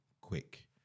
quick